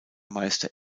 meister